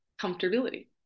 comfortability